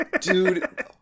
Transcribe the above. dude